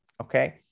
okay